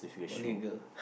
only a girl